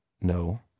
no